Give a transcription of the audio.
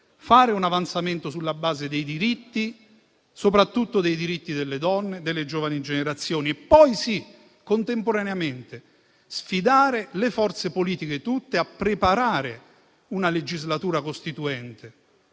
fare un avanzamento sulla base dei diritti, soprattutto dei diritti delle donne e delle giovani generazioni. Poi, sì, contemporaneamente, sfidare le forze politiche tutte a preparare una legislatura costituente;